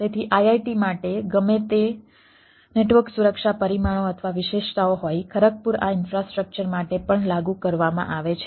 તેથી IIT માટે ગમે તે નેટવર્ક સુરક્ષા પરિમાણો અથવા વિશેષતાઓ હોય ખરગપુર આ ઈન્ફ્રાસ્ટ્રક્ચર માટે પણ લાગુ કરવામાં આવે છે